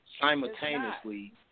simultaneously